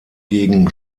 gegen